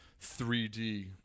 3d